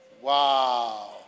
wow